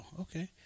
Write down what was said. okay